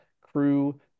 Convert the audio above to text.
Crew